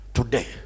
Today